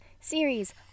series